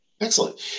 Excellent